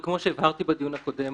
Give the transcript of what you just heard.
וכמו שהבהרתי בדיון הקודם,